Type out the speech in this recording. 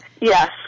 Yes